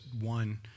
one